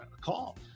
call